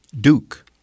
Duke